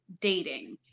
dating